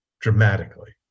dramatically